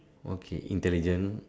okay intelligent